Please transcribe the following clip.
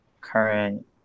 current